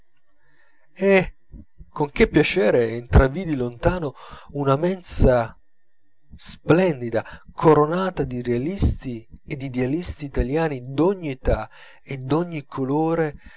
con che piacere intravvidi lontano una mensa splendida coronata di realisti e d'idealisti italiani d'ogni età e d'ogni colore